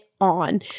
on